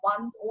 one's